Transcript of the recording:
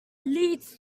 leads